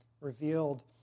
revealed